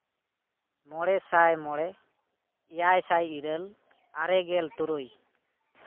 ᱢᱚᱬᱮ ᱥᱟᱭ ᱢᱚᱬᱮ ᱮᱭᱟᱭ ᱥᱟᱭ ᱤᱨᱟᱹᱞ ᱟᱨᱮᱜᱮᱞ ᱛᱩᱨᱩᱭ